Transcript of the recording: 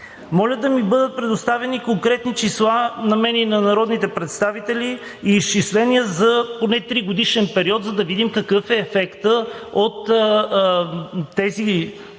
Моля да ми бъдат предоставени конкретни числа на мен и на народните представители и изчисления за поне тригодишен период, за да видим какъв е ефектът от тези